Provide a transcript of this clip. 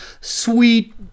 sweet